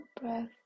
breath